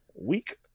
Week